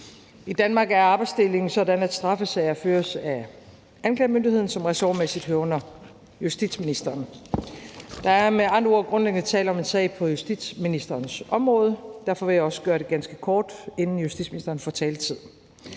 I Danmark er arbejdsdelingen sådan, at straffesager føres af anklagemyndigheden, som ressortmæssigt hører under justitsministeren. Der er med andre ord grundlæggende tale om en sag på justitsministerens område. Derfor vil jeg også gøre det ganske kort, inden justitsministeren får taletid.